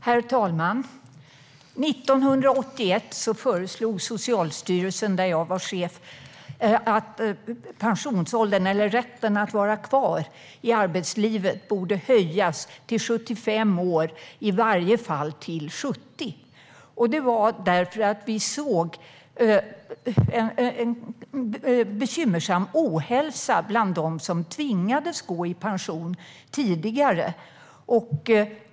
Herr talman! År 1981 föreslog Socialstyrelsen, där jag var chef, att åldern för att ha rätt att vara kvar i arbetslivet skulle höjas till 75 år, och i varje fall till 70 år. Det föreslogs för att vi såg en bekymmersam ohälsa bland dem som tvingades gå i pension tidigare.